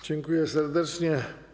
Dziękuję serdecznie.